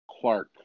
Clark